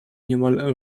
niemal